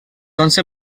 onze